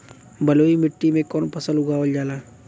बलुई मिट्टी में कवन फसल उगावल जाला?